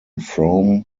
frome